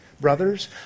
brothers